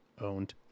owned